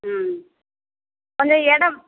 ம் கொஞ்சம் எடை